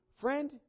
friend